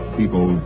people